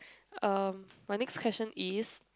uh my next question is